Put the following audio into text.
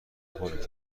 پره